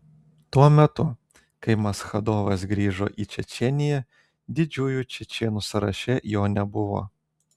tuo metu kai maschadovas grįžo į čečėniją didžiųjų čečėnų sąraše jo nebuvo